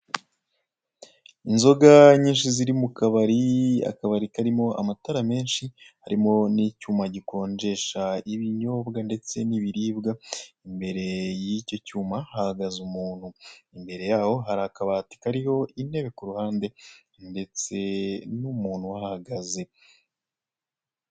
Inzoga nyinshi ziri mu kabari, akabari karimo amatara menshi harimo n'icyuma gikonjesha ibinyobwa ndetse n'ibiribwa, imbere y'icyo cyuma hahagaze umuntu, imbere yaho hari akabati kariho intebe ku ruhande ndetse n'umuntu uhahagaze.